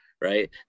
right